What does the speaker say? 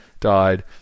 died